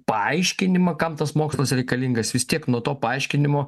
paaiškinimą kam tas mokslas reikalingas vis tiek nuo to paaiškinimo